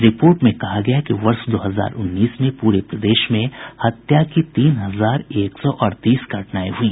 report में कहा गया है कि वर्ष दो हजार उन्नीस में प्रे प्रदेश में हत्या की तीन हजार एक सौ अड़तीस घटनाएं हुई